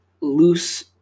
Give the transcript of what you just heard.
loose